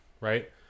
right